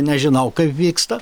nežinau kaip vyksta